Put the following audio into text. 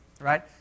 right